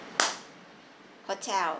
hotel